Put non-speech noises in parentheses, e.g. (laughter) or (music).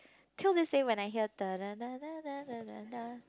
till this day when I hear (noise)